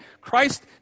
Christ